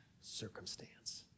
circumstance